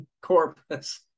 corpus